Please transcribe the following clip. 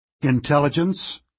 Intelligence